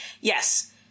yes